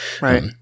right